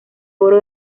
oro